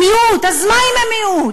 הם מיעוט,